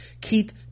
Keith